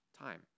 time